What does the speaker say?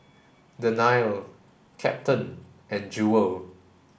Dannielle Captain and Jewel